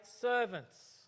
servants